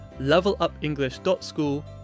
levelupenglish.school